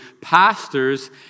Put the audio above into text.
pastors